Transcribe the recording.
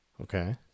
Okay